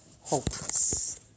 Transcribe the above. hopeless